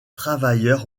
travailleurs